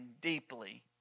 deeply